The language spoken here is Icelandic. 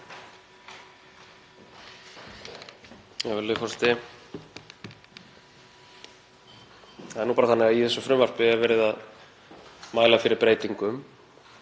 Virðulegi forseti. Það er nú bara þannig að í þessu frumvarpi er verið að mæla fyrir breytingum